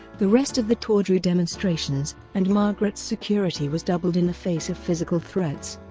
the rest of the tour drew demonstrations, and margaret's security was doubled in the face of physical threats.